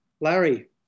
Larry